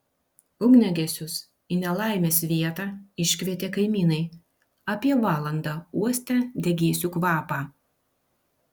ugniagesius į nelaimės vietą iškvietė kaimynai apie valandą uostę degėsių kvapą